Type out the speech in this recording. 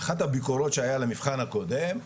אחת הביקורות שהיו על המבחן הקודם,